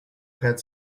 had